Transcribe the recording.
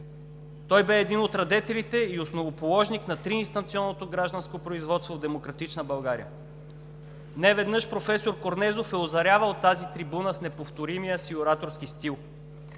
Той бе един от радетелите и основоположник на триинстанционното гражданско производство в демократична България. Неведнъж професор Корнезов е озарявал тази трибуна с неповторимия си ораторски стил.